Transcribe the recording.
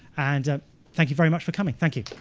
and ah thank you very much for coming. thank you.